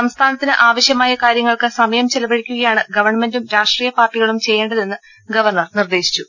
സംസ്ഥാനത്തിന് ആവശ്യമായ കാര്യങ്ങൾക്ക് സമയം ചെല വഴിക്കുകയാണ് ഗവൺമെന്റും രാഷ്ട്രീയ പാർട്ടികളും ചെയ്യേണ്ട തെന്ന് ഗവർണർ നിർദേശിച്ചു